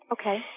okay